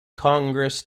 congress